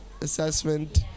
assessment